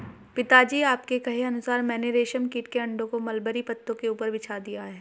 पिताजी आपके कहे अनुसार मैंने रेशम कीट के अंडों को मलबरी पत्तों के ऊपर बिछा दिया है